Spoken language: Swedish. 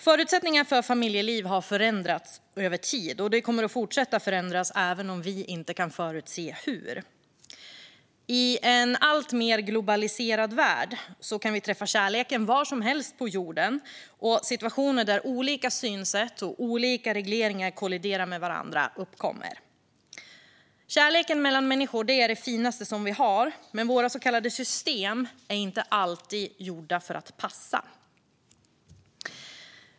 Förutsättningarna för familjeliv har förändrats över tid och kommer att fortsätta förändras även om vi inte kan förutse hur. I en alltmer globaliserad värld kan vi träffa kärleken var som helst på jorden, och situationer där olika synsätt och regleringar kolliderar med varandra uppkommer. Kärleken mellan människor är det finaste vi har, men våra så kallade system är inte alltid gjorda för att passa.